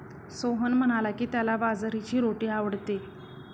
सोहन म्हणाला की, त्याला बाजरीची रोटी आवडते